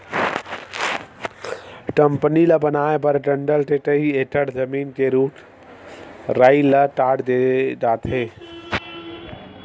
company ल बनाए बर जंगल के कइ एकड़ जमीन के रूख राई ल काट दे जाथे